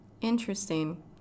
interesting